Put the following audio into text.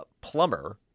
plumber